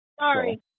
Sorry